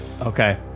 Okay